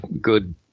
good